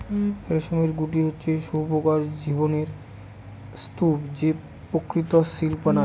রেশমের গুটি হচ্ছে শুঁয়োপকার জীবনের স্তুপ যে প্রকৃত সিল্ক বানায়